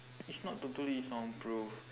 it's not totally soundproof